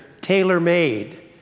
tailor-made